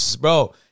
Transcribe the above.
Bro